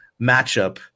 matchup